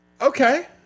Okay